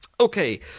Okay